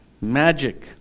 magic